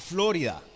Florida